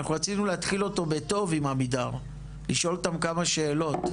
רצינו להתחיל אותו בטוב עם עמידר לשאול אותם כמה שאלות,